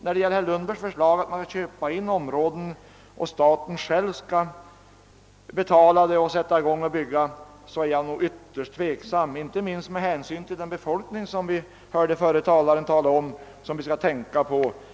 Jag ställer mig ytterst tveksam inför herr Lundbergs förslag att staten skulle köpa in markområden i Jämtlands län och bebygga dessa, inte minst med hänsyn till den befolkning som den föregående talaren menade att vi skulle tänka på.